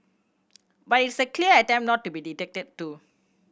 but it's a clear attempt not to be dictated to